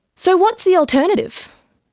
so what's the alternative?